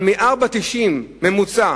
אבל מ-4.90 ממוצע,